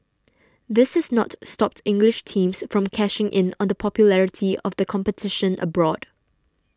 this is not stopped English teams from cashing in on the popularity of the competition abroad